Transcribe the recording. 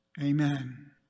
Amen